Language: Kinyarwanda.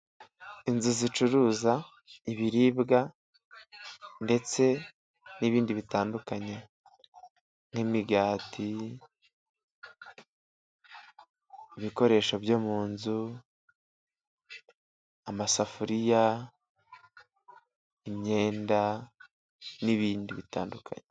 Inzu zicuruza ibiribwa ndetse n'ibindi bitandukanye nk'imigati, ibikoresho byo mu nzu, amasafuriya, imyenda n'ibindi bitandukanye.